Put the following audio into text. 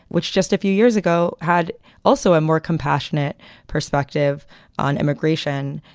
which just a few years ago had also a more compassionate perspective on immigration,